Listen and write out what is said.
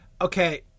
Okay